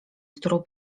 którą